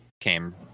came